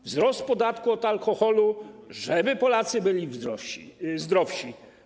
Wzrost podatku od alkoholu, żeby Polacy byli zdrowsi.